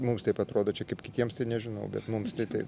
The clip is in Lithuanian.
mums taip atrodo čia kaip kitiems tai nežinau bet mums tai tai